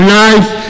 life